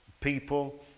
people